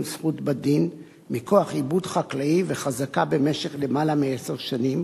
זכות בדין מכוח עיבוד חקלאי וחזקה במשך למעלה מעשר שנים,